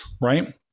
Right